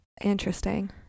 interesting